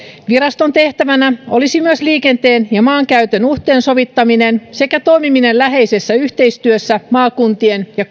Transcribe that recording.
viraston tehtävänä olisi myös liikenteen ja maankäytön yhteensovittaminen sekä toimiminen läheisessä yhteistyössä maakuntien ja